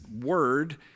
word